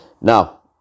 Now